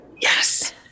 yes